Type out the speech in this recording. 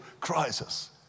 crisis